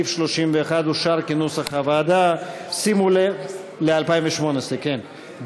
סעיף 31 אושר כנוסח הוועדה ל-2018, כן.